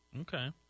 Okay